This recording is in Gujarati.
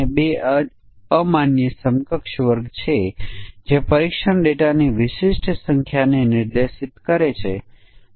તો આ મજબૂત સમકક્ષતા પરીક્ષણ છે પરંતુ મજબૂત રોબસ્ટ સમકક્ષ પરીક્ષણ તકનીક નું શું